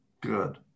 Good